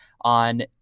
on